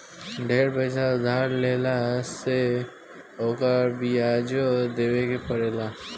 ढेर पईसा उधार लेहला पे ओकर बियाजो देवे के पड़ेला